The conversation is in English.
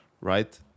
right